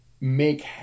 make